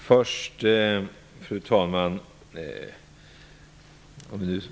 Fru talman!